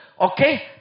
Okay